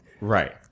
Right